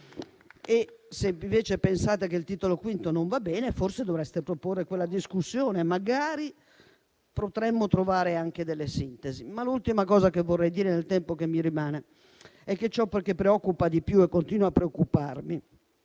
Se pensate che il Titolo V non vada bene, forse dovreste proporre quella discussione; magari potremmo trovare anche delle sintesi. L'ultima cosa che vorrei dire, nel tempo che mi rimane, è che ciò che preoccupa di più e continua a preoccuparmi